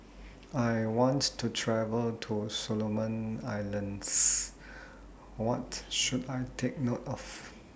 I want to travel to Solomon Islands What should I Take note of